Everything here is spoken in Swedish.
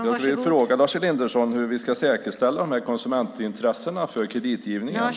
Jag vill fråga Lars Elinderson hur vi ska säkerställa de här konsumentintressena vid kreditgivningen.